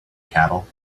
cattle